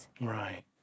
Right